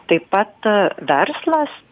taip pat verslas